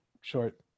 short